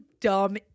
dumb